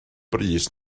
brys